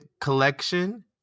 Collection